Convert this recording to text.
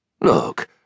Look